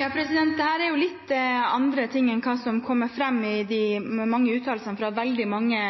er jo litt annet enn det som har kommet fram i uttalelser fra veldig mange